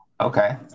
okay